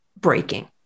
breaking